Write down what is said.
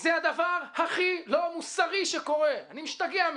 זה הדבר הכי לא מוסרי שקורה, אני משתגע מזה.